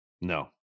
No